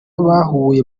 bahuye